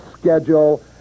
schedule